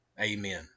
Amen